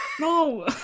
No